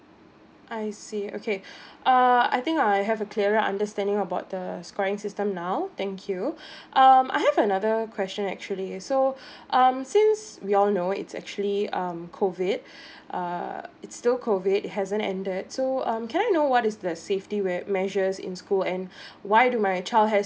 I see okay err I think I have a clearer understanding about the scoring system now thank you um I have another question actually so um since we all know it's actually um COVID uh it's still COVID it hasn't ended so um can I know what is the safety measures in school and why do my child has